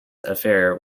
affair